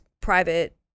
private